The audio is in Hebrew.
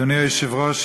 אדוני היושב-ראש,